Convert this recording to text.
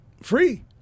free